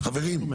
אני